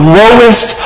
lowest